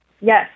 Yes